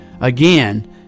again